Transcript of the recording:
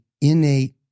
innate